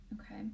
okay